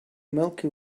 milky